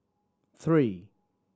three